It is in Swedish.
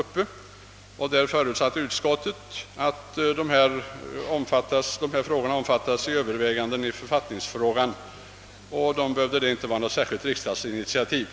Den bereddes av konstitutionsutskottet, som förutsatte att motionens huvudsyfte skulle innefattas i övervägandena i författningsfrågan och att det därför inte behövdes något särskilt riksdagsinitiativ.